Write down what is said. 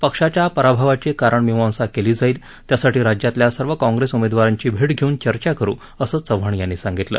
पक्षाच्या पराभवाची कारणमिमांसा केली जाईल त्यासाठी राज्यातल्या सर्व काँप्रेस उमेदवारांची भेट घेऊन चर्चा करु असं चव्हाण यांनी सांगितलं